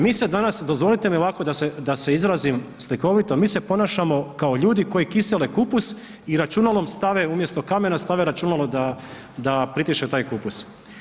Mi se danas, dozvolite mi ovako da se izrazim slikovito, mi se ponašamo kao ljudi koji kisele kupus i računalom stave umjesto kamera stave računalo da pritišće taj kupus.